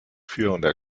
führender